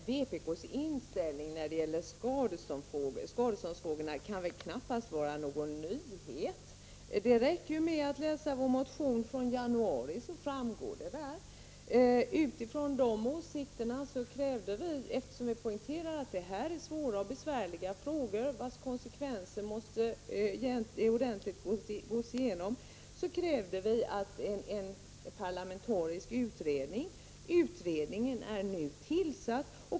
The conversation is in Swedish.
Herr talman! Vpk:s inställning när det gäller skadeståndsfrågorna kan väl knappast vara någon nyhet. Det räcker att läsa vår motion från januari, där den framgår. Utifrån de åsikterna krävde vi en parlamentarisk utredning, eftersom vi poängterar att detta är svåra och besvärliga frågor vars konsekvenser ordentligt måste gås igenom. Utredningen är nu tillsatt.